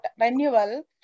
renewal